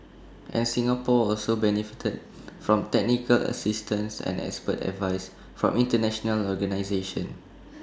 and Singapore also benefited from technical assistance and expert advice from International organisations